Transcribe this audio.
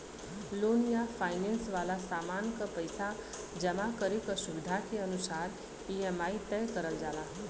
loan या finance वाला सामान क पइसा जमा करे क सुविधा के अनुसार ई.एम.आई तय करल जाला